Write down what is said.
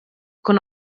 con